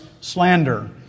slander